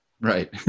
Right